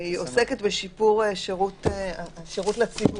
שהיא עוסקת בשיפור השירות לציבור,